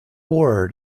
word